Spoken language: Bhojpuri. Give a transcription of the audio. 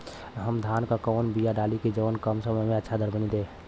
हम धान क कवन बिया डाली जवन कम समय में अच्छा दरमनी दे?